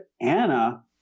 Anna